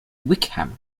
wickham